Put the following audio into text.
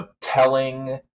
telling